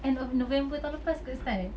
end of november tahun lepas kot start